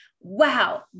wow